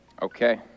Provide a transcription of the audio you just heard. Okay